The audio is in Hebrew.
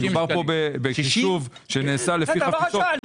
מדובר כאן בחישוב שנעשה לפי חפיסות.